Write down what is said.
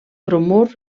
bromur